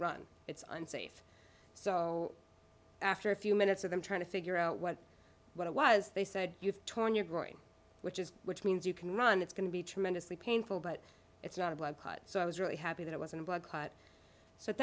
run it's unsafe so after a few minutes of them trying to figure out what what it was they said torn you're growing which is which means you can run it's going to be tremendously painful but it's not a blood clot so i was really happy that it wasn't a blood clot so at